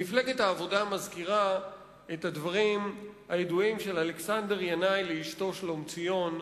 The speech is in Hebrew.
מפלגת העבודה מזכירה את הדברים הידועים של אלכסנדר ינאי לאשתו שלומציון,